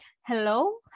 hello